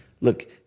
look